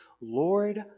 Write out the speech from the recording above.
Lord